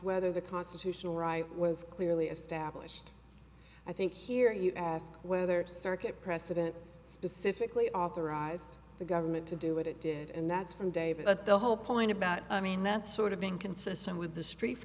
whether the constitutional right was clearly established i think here you ask whether circuit precedent specifically authorized the government to do what it did and that's from david that's the whole point about i mean that's sort of being consistent with the street